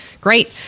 Great